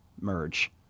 merge